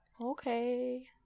Okay